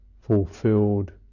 fulfilled